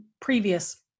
previous